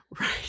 Right